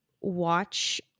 watch